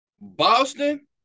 Boston